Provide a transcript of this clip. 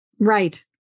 Right